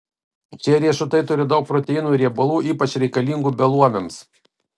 šie riešutai turi daug proteinų ir riebalų ypač reikalingų beluomiams